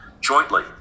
jointly